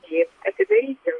jį atidaryti